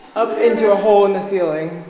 up into a hole in the ceiling.